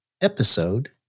episode